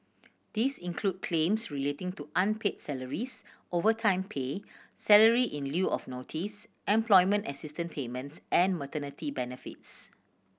this include claims relating to unpaid salaries overtime pay salary in lieu of notice employment assistance payments and maternity benefits